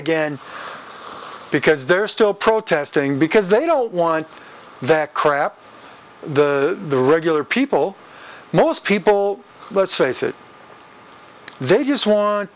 again because they're still protesting because they don't want that crap the the regular people most people let's face it they just want